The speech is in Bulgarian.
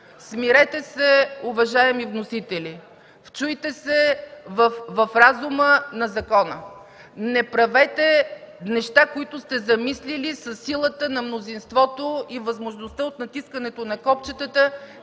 смирете се, уважаеми вносители! Вслушайте се в разума на закона! Не правете неща, които сте замислили със силата на мнозинството и с възможността от натискането на копчетата